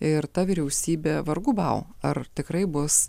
ir ta vyriausybė vargu bau ar tikrai bus